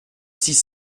six